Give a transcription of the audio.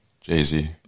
Jay-Z